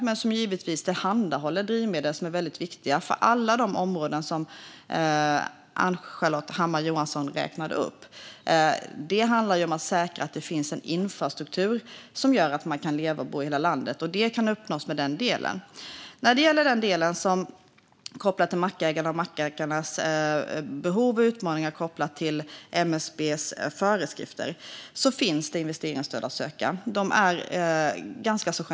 Men de tillhandahåller givetvis drivmedel, som är väldigt viktiga för alla de områden som Ann-Charlotte Hammar Johnsson räknade upp. Det handlar om att säkra att det finns en infrastruktur som gör att man kan leva och bo i hela landet. Det kan uppnås med den delen. När det gäller den del som handlar om mackägarna och mackägarnas behov och utmaningar kopplat till MSB:s föreskrifter finns det investeringsstöd att söka. De är ganska generösa.